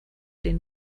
den